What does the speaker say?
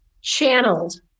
channeled